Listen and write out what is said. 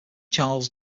charles